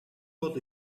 бол